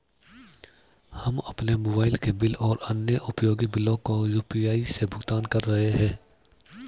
हम अपने मोबाइल के बिल और अन्य उपयोगी बिलों को यू.पी.आई से भुगतान कर रहे हैं